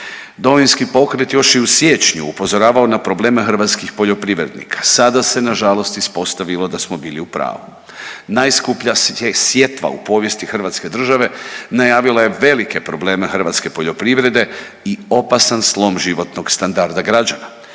Domovinski pokret još je u siječnju upozoravao na probleme hrvatskih poljoprivrednika. Sada se na žalost ispostavilo da smo bili u pravu. Najskuplja je sjetva u povijesti hrvatske države najavila je velike probleme hrvatske poljoprivrede i opasan slom životnog standarda građana.